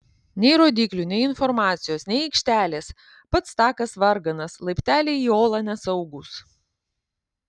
nei rodyklių nei informacijos nei aikštelės pats takas varganas laipteliai į olą nesaugūs